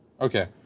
Okay